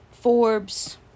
Forbes